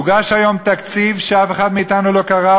הוגש היום תקציב שאף אחד מאתנו לא קרא,